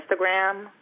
Instagram